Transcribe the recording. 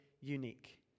unique